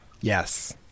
Yes